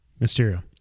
Mysterio